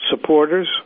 supporters